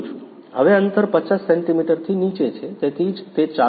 હવે અંતર 50 સેન્ટિમીટરથી નીચે છે તેથી જ તે ચાલુ થયું